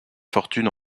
fortune